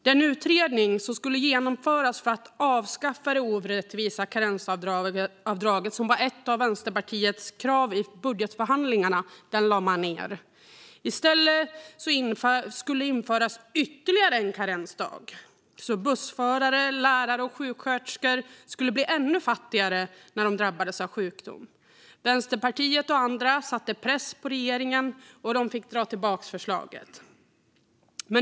Den utredning som skulle genomföras för att avskaffa det orättvisa karensavdraget och som var ett av Vänsterpartiets krav i budgetförhandlingarna lade man ned. I stället skulle det införas ytterligare en karensdag, så att bussförare, lärare och sjuksköterskor skulle bli ännu fattigare när de drabbades av sjukdom. Vänsterpartiet och andra satte press på regeringen, och de fick dra tillbaka förslaget.